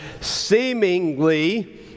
seemingly